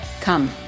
Come